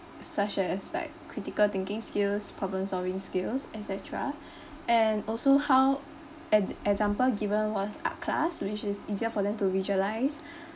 such as like critical thinking skills problem solving skills et cetera and also how ex~ example given was art class which is easier for them to visualise